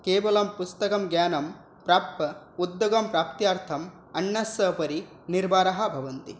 केवलं पुस्तकं ज्ञानं प्राप्य उद्योगप्राप्त्यर्थम् अन्यस्य उपरि निर्भराः भवन्ति